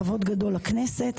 כבוד גדול לכנסת.